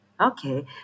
okay